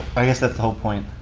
i guess that's the whole point